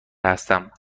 هستم